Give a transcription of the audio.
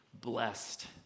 blessed